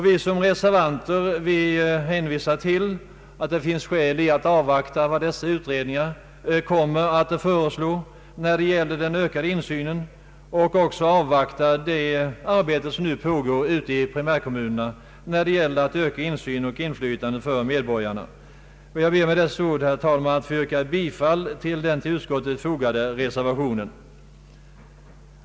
Vi reservanter hänvisar till att det finns skäl att avvakta vad dessa utredningar kommer att föreslå när det gäller den ökade insynen och även att avvakta det arbete som nu pågår i primärkommunerna för att öka insynen och inflytandet för medborgarna. Jag ber, herr talman, med dessa ord att få yrka bifall till den vid utskottsutlåtandet fogade reservationen.